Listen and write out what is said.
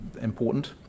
important